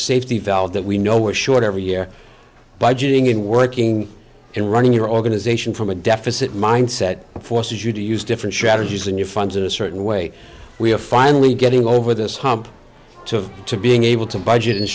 safety valve that we know we're short every year budgeting in working in running your organization from a deficit mindset forces you to use different strategies and you funds in a certain way we are finally getting over this hump to being able to budget and